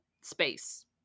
space